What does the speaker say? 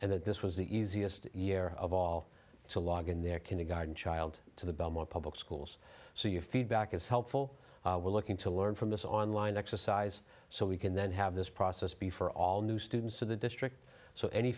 and that this was the easiest year of all to log in their kindergarten child to the belmore public schools so your feedback is helpful we're looking to learn from this online exercise so we can then have this process be for all new students of the district so any